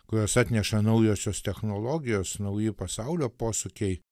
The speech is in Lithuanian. kurios atneša naujosios technologijos nauji pasaulio posūkiai